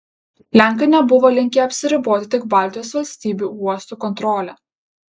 lenkai nebuvo linkę apsiriboti tik baltijos valstybių uostų kontrole